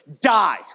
die